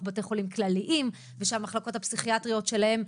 בתי חולים כלליים ושהמחלקות הפסיכיאטריות שלהם,